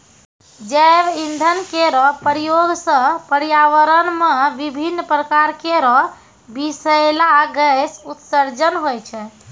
जैव इंधन केरो प्रयोग सँ पर्यावरण म विभिन्न प्रकार केरो बिसैला गैस उत्सर्जन होय छै